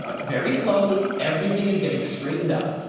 very slowly, everything is getting straightened up,